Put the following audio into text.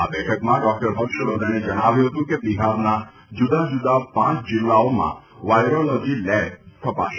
આ બેઠકમાં ડોકટર હર્ષવર્ધને જણાવ્યું હતું કે બિહારના જુદાં જુદાં પાંચ જિલ્લાઓમાં વાયરોલોજી લેબ સ્થપાશે